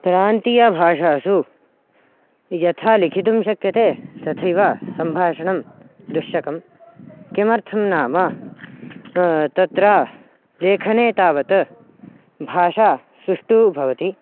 प्रान्तीयभाषासु यथा लिखितुं शक्यते तथैव सम्भाषणं दुश्शकं किमर्थं नाम तत्र लेखने तावत् भाषा सुष्ठुः भवति